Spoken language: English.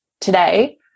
today